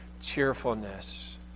cheerfulness